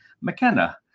McKenna